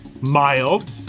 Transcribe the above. mild